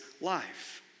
life